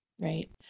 right